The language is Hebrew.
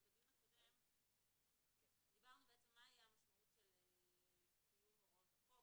בדיון הקודם דיברנו מה תהיה המשמעות של קיום הוראות החוק,